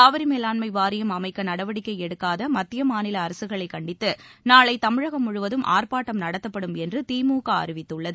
காவிரி மேலாண்மை வாரியம் அமைக்க நடவடிக்கை எடுக்காத மத்திய மாநில அரசுகளைக் கண்டித்து நாளை தமிழகம் முழுவதும் ஆர்ப்பாட்டம் நடத்தப்படும் என்று திமுக அறிவித்துள்ளது